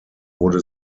wurde